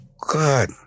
god